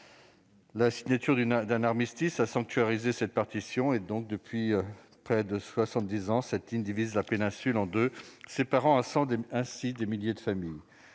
La signature d'un armistice a sanctuarisé cette partition. Depuis près de soixante-dix ans, cette ligne divise la péninsule en deux, séparant des milliers de familles.